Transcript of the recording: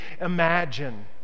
imagine